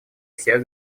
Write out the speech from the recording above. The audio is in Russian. всех